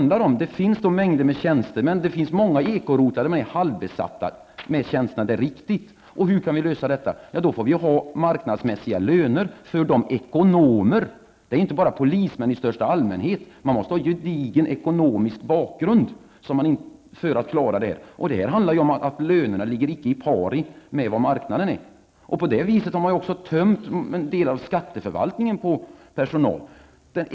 Det finns en mängd tjänstemän, men det finns också många ekorotlar där tjänsterna bara är besatta till hälften. Så är det. Hur kan vi lösa detta problem? Ja, det måste vara marknadsmässiga löner för ekonomerna. Det är ju inte bara polismän i största allmänhet som behövs, utan det behövs också människor som har en gedigen ekonomisk utbildning bakom sig. Det är vad som behövs för att vi skall klara dessa saker. Det handlar om att lönerna icke ligger i paritet med marknaden. På det viset har skatteförvaltningen delvis tömts på personal.